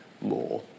more